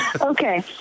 Okay